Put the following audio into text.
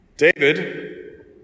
David